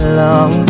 long